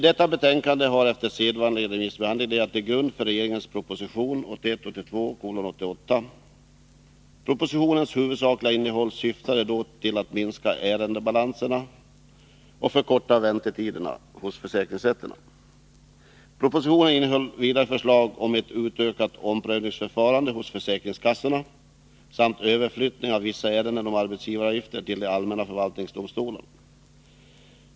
Detta betänkande har efter sedvanlig remissbehandling legat till grund för regeringens proposition 1981/82:88. Propositionens huvudsakliga innehåll syftar till att minska ärendebalanserna och förkorta väntetiderna hos försäkringsrätterna. Propositionen innehåller vidare förslag om ett utökat omprövningsförfarande hos försäkringskassorna samt överflyttning av vissa ärenden om arbetsgivaravgifter till de allmänna förvaltningsdomstolarna.